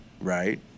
Right